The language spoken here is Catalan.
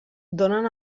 donen